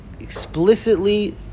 explicitly